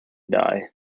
die